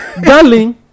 Darling